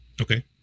Okay